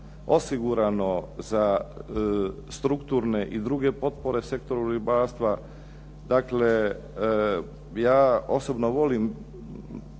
osigurano za strukturne i druge potpore sektoru ribarstva. Dakle ja osobno volim